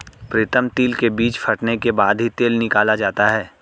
प्रीतम तिल के बीज फटने के बाद ही तेल निकाला जाता है